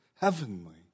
Heavenly